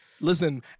Listen